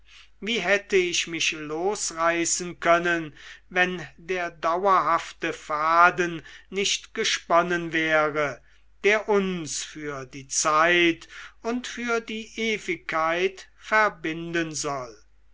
wie hätte ich mich losreißen können wenn der dauerhafte faden nicht gesponnen wäre der uns für die zeit und für die ewigkeit verbinden soll